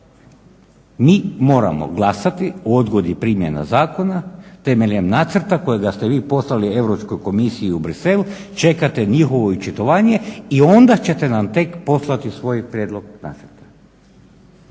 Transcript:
Mi moramo glasati o odgodi primjena zakona temeljem nacrta kojega ste vi poslali Europskoj komisiju u Bruxelles, čekate njihovo očitovanje i onda ćete nam tek poslati svoj prijedlog nacrta.